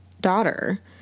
daughter